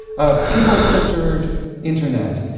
of people-centered internet.